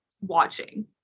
watching